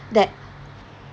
that